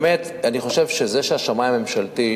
באמת אני חושב שזה שהשמאי הממשלתי,